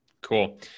Cool